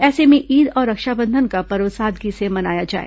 ऐसे में ईद और रक्षाबंधन का पर्व सादगी से मनाया जाए